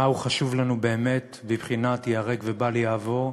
מה חשוב לנו באמת בבחינת ייהרג ובל יעבור,